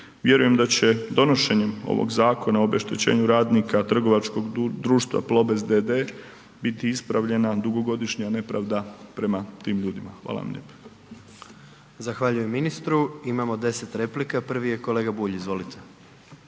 Vjerujem da će donošenjem ovog Zakona o obeštećenju radnika trgovačkog društva Plobest d.d. biti ispravljana dugogodišnja nepravda prema tim ljudima. Hvala vam lijepo. **Jandroković, Gordan (HDZ)** Zahvaljujem ministru. Imamo 10 replika, prvi je kolega Bulj, izvolite.